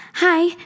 Hi